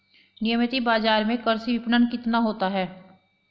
नियमित बाज़ार में कृषि विपणन कितना होता है?